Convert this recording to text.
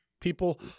People